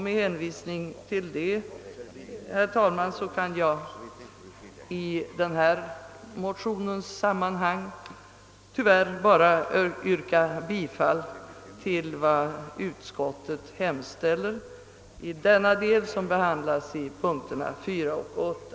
Med hänvisning härtill har jag i detta sammanhang tyvärr bara att yrka bifall till vad utskottet hemställer under punkterna 4 och 8.